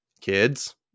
Kids